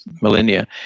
millennia